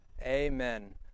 Amen